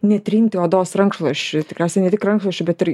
netrinti odos rankšluosčiu tikriausiai ne tik rankšluosčiu bet ir